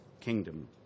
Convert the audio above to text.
kingdom